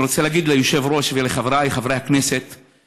אני רוצה להגיד ליושב-ראש ולחברי חברי הכנסת: